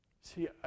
See